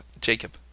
Jacob